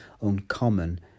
uncommon